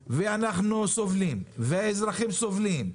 אנחנו תקועים לפעמים שלוש וארבע שעות.